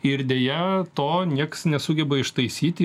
ir deja to nieks nesugeba ištaisyti